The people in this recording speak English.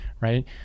Right